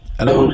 Hello